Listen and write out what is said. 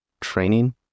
training